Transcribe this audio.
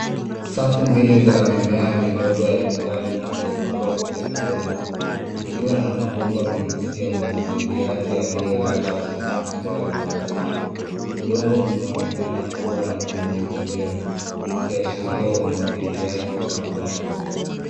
Safu mbili za mimea midogo ya kijani iliyopandwa kwenye udongo ikiwa na mabomba meusi ya umwagiliaji yaliyolala chini kando ya kila safu .Udongo unaonekana kuwa na unyevunyevu ukiashiria umwagiliaji wa matone.